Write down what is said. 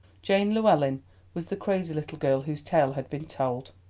jane llewellyn was the crazy little girl whose tale has been told.